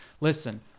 listen